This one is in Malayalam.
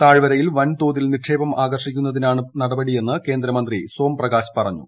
താഴ്വരയിൽ വൻ തോതിൽ നിക്ഷേപം ആകർഷിക്കുന്നതിനാണ് നടപടിയെന്ന് കേന്ദ്രമന്ത്രി സോം പ്രകാശ് പറഞ്ഞു